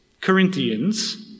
Corinthians